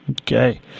Okay